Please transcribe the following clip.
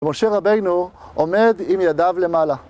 ומשה רבינו עומד עם ידיו למעלה